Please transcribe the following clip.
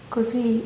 Così